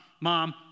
mom